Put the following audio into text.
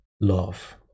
love